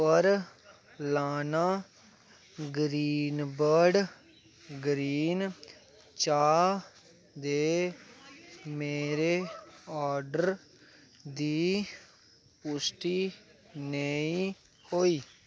पर लाना green bird green चाह् दे मेरे आर्डर दी पुश्टि नेईं होई